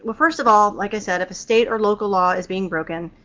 but first of all, like i said, if a state or local law is being broken,